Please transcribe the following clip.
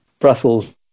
Brussels